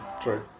true